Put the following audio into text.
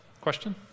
Question